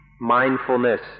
mindfulness